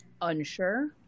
unsure